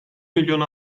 milyon